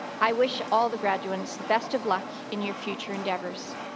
i wish all the graduands the best of luck in your future endeavors.